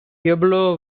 pueblo